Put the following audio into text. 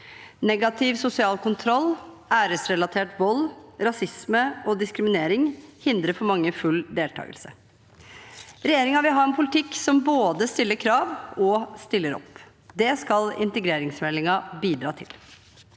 Negativ sosial kontroll, æresrelatert vold, rasisme og diskriminering hindrer for mange full deltakelse. Regjeringen vil ha en politikk som både stiller krav og stiller opp. Det skal integreringsmeldingen bidra til.